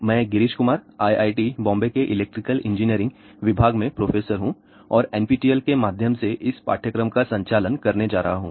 मैं गिरीश कुमार IIT बॉम्बे के electrical engineering विभाग में प्रोफेसर हूं और NPTEL के माध्यम से इस पाठ्यक्रम का संचालन करने जा रहा हूं